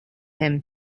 him